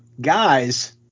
guys